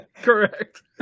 Correct